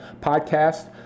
podcast